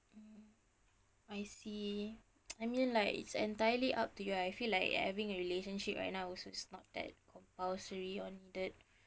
I see I mean like it's entirely up to you I feel like having a relationship right now also is not that compulsory or needed